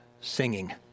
singing